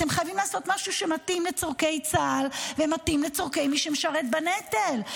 אתם חייבים לעשות משהו שמתאים לצורכי צה"ל ומתאים לצורכי מי שנושא בנטל.